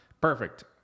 Perfect